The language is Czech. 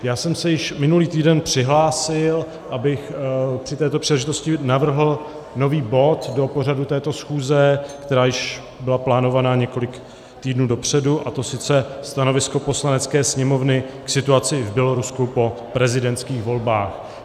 Já jsem se již minulý týden přihlásil, abych při této příležitosti navrhl nový bod do pořadu této schůze, která již byla plánovaná několik týdnů dopředu, a sice stanovisko Poslanecké sněmovny k situaci v Bělorusku po prezidentských volbách.